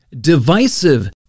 divisive